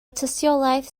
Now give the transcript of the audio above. tystiolaeth